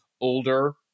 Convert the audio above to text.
older